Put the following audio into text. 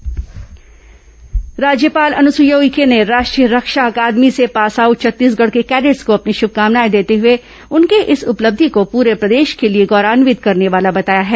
राज्यपाल कैडेटस मुलाकात राज्यपाल अनुसुईया उइके ने राष्ट्रीय रक्षा अकादमी से पासआउट छत्तीसगढ़ के कैडेट्स को अपनी श्मकामनाए देते हुए उनकी इस उपलब्धि को पूरे प्रदेश के लिए गौरवान्वित करने वाले बताया है